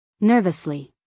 Nervously